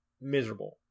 miserable